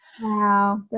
Wow